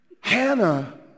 Hannah